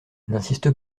n’insiste